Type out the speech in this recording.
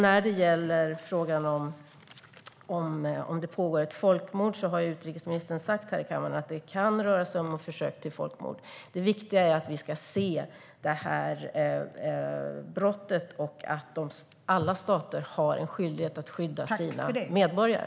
När det gäller frågan om det pågår ett folkmord har utrikesministern sagt här i kammaren att det kan röra sig om försök till folkmord. Det viktiga är att vi ska se brottet och att alla stater har en skyldighet att skydda sina medborgare.